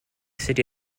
city